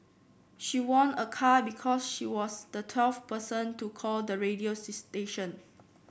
she won a car because she was the twelfth person to call the radio station